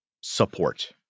support